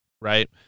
right